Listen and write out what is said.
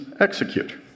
execute